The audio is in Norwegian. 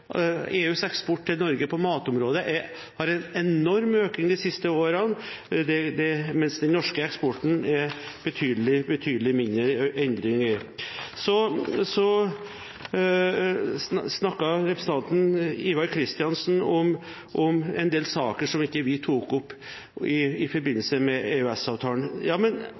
EUs eksport til Norge på matområdet har en enorm økning de siste årene, mens det er betydelig mindre endringer i den norske eksporten. Så snakket representanten Ivar Kristiansen om en del saker som ikke vi tok opp i forbindelse med EØS-avtalen. Men